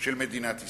של מדינת ישראל.